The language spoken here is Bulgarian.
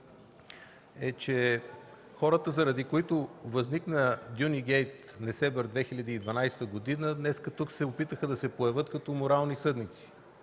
е, че хората, заради които възникна „Дюнигейт – Несебър” през 2012 г., днес тук се опитаха да се появят като морални съдници.